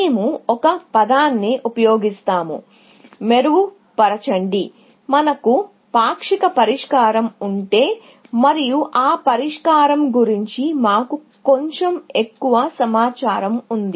మేము ఒక పదాన్ని ఉపయోగిస్తాము మెరుగుపరచండి మనకు పాక్షిక పరిష్కారం ఉంటే మరియు ఆ పరిష్కారం గురించి మాకు కొంచెం ఎక్కువ సమాచారం ఉంది